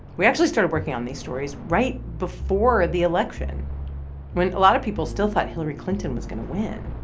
we actually started working on these stories right before the election when a lot of people still thought hillary clinton was going to win.